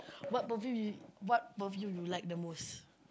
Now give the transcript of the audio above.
what perfume you what perfume you like the most